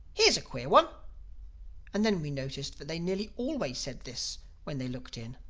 here's a queer one and then we noticed that they nearly always said this when they looked in.